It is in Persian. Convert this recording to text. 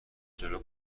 جلو